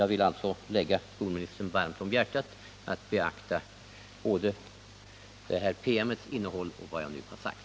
Jag vill alltså lägga skolministern varmt om hjärtat att beakta både innehållet i denna PM och vad jag nu har sagt.